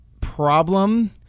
problem